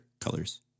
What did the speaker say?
colors